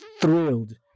thrilled